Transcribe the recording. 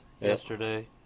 yesterday